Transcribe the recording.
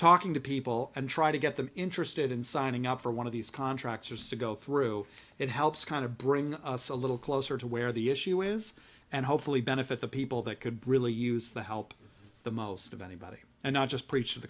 talking to people and try to get them interested in signing up for one of these contractors to go through it helps kind of bring us a little closer to where the issue is and hopefully benefit the people that could really use the help the most of anybody and not just preach